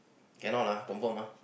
cannot lah confirm lah